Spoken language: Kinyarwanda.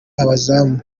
abazamu